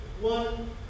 one